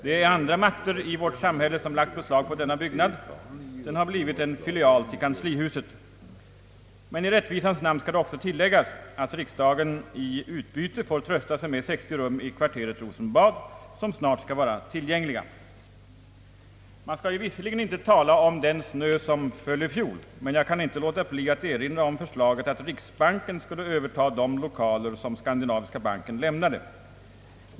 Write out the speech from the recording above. Det är andra makter i vårt samhälle som lagt beslag på denna byggnad; den har blivit en filial till kanslihuset. Men i rättvisans namn skall det också tilläggas, att riksdagen i utbyte får trösta sig med 60 rum i kvarteret Rosenbad som snart skall vara tillgängliga. Man skall visserligen inte tala om den snö som föll i fjol, men jag kan inte låta bli att erinra om förslaget att riksbanken skulle överta de lokaler som Skandinaviska banken lämnade.